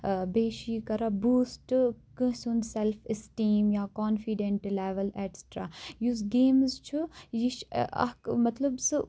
بیٚیہِ چھُ یہِ کَران بوٗسٹہٕ کٲنٛسہِ ہُند سیٚلف اِسٹیٖم یا کانفڈینٹہٕ لیٚوٕل ایٚکسٹرا یُس گیمٕز چھُ یہِ چھُ اکھ مطلب سُہ